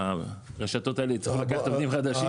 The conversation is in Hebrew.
הרשתות האלו צריכות להביא עובדים חדשים.